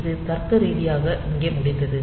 இது தர்க்கரீதியாக இங்கே முடிந்தது